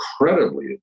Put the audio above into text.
incredibly